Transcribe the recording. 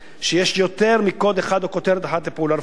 שיש יותר מקוד אחד או כותרת אחת לפעולה רפואית.